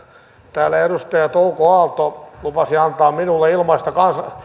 täällä edustaja touko aalto lupasi antaa minulle ilmaista